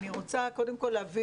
אני רוצה קודם כל להביא